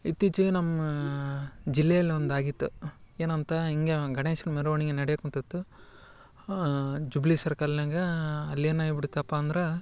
ಇತ್ತೀಚಿಗೆ ನಮ್ಮ ಜಿಲ್ಲೆಯಲ್ಲೊಂದು ಆಗಿತ್ತು ಏನಂತ ಹಿಂಗೆ ಗಣೇಶನ ಮೆರವಣಿಗೆ ನಡೆಯಕುಂತಿತ್ತು ಜುಬ್ಲಿ ಸರ್ಕಲ್ನ್ಯಾಗ ಅಲ್ಲೇನು ಆಗ್ಬಿಡ್ತಪ್ಪ ಅಂದ್ರೆ